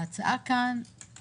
ההצעה כאן היא